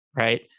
right